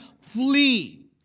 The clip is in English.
flee